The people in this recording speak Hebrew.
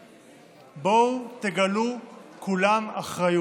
בואו, תגלו כולם אחריות.